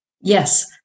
Yes